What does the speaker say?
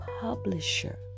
publisher